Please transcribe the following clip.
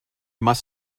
must